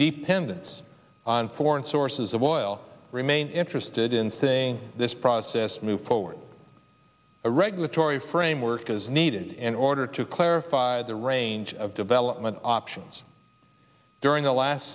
dependence on foreign sources of oil remain interested in thing this process moves forward a regulatory framework is needed in order to clarify the range of development options during the last